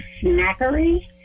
Snackery